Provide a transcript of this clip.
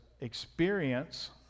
experience